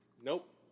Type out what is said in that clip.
nope